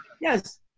yes